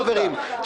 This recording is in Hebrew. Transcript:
חברים,